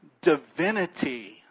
divinity